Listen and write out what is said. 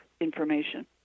information